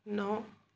ন